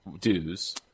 dues